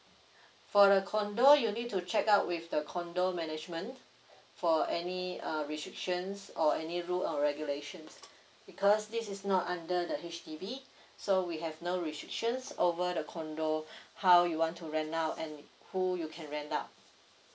for the condo you need to check out with the condo management for any uh restrictions or any rule or regulations because this is not under the H_D_B so we have no restrictions over the condo how you want to rent out and who you can rent out